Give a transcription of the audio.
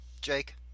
Jake